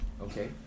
okay